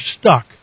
stuck